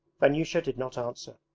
vanyusha did not answer.